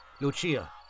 Lucia